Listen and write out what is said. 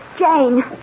Jane